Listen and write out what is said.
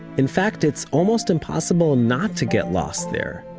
in fact, it's almost impossible not to get lost there.